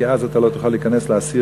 כי אז אתה לא תוכל להיכנס לאסיר,